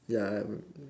ya I